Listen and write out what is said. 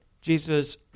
Jesus